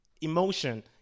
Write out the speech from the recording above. emotion